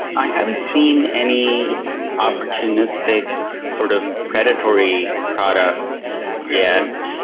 i haven't seen any opportunistic sort of predatory products yet.